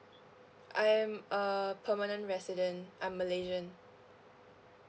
I am a permanent resident I'm malaysian